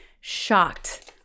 shocked